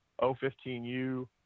O15U